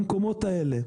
במקומות האלה.